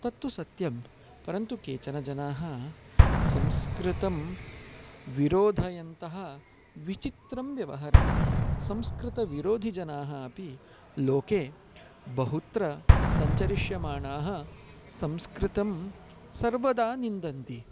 तत्तु सत्यं परन्तु केचन जनाः संस्कृतं विरोधयन्तः विचित्रं व्यवहरन्ति संस्कृतविरोधिजनाः अपि लोके बहुत्र सञ्चरिष्यमाणाः संस्कृतं सर्वदा निन्दन्ति